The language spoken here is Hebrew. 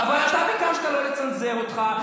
אבל אתה ביקשת לא לצנזר אותך,